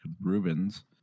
Rubens